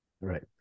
Right